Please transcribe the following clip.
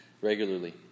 regularly